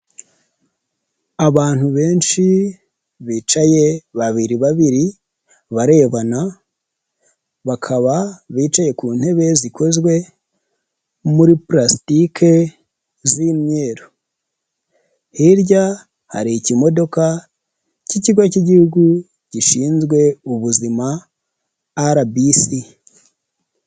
Abantu benshi bicaye, babiri babiri barebana, bakaba bicaye ku ntebe zikozwe muri purasitike z'imyeru, hirya hari ikimodoka cy'ikigo cy'igihugu gishinzwe ubuzima RBC.